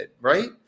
right